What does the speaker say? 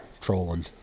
trolling